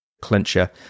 clincher